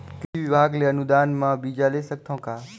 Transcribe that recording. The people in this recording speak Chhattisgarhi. कृषि विभाग ले अनुदान म बीजा ले सकथव का?